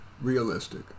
realistic